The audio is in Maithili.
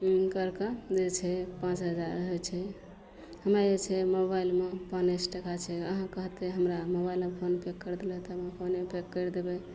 हूँ करिकऽ जे छै पाँच हजार होइ छै हमे जे छै ओइ मोबाइलमे पाँचे सओ टाका छै अहाँ कहतय हमरा मोबाइलमे फोन पे कर देलऽ हमे फोने पे करि देबय